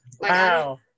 Wow